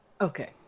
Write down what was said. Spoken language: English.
Okay